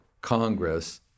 Congress